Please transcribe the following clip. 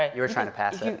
ah you were trying to pass it.